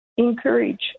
Encourage